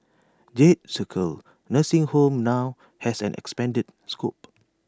jade circle nursing home now has an expanded scope